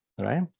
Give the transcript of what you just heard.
right